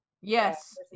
Yes